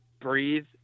breathe